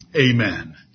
Amen